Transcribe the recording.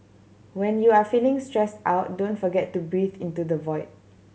when you are feeling stressed out don't forget to breathe into the void